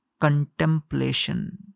contemplation